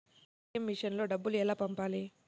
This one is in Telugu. ఏ.టీ.ఎం మెషిన్లో డబ్బులు ఎలా పంపాలి?